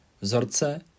vzorce